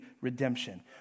redemption